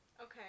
Okay